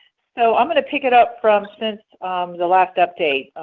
so um and pick it up from since the last update.